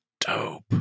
dope